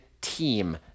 team